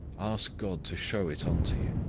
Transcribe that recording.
ask god to show it unto you.